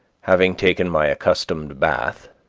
having taken my accustomed bath,